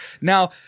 Now